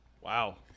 Wow